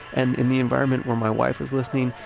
and in the environment where my wife is listening,